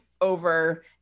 over